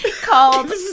Called